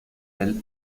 del